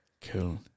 Cool